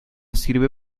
sirve